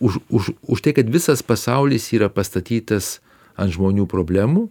už už už tai kad visas pasaulis yra pastatytas ant žmonių problemų